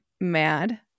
mad